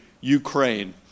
Ukraine